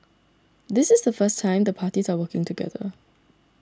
this is the first time the parties are working together